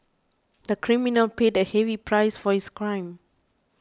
the criminal paid a heavy price for his crime